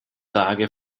tage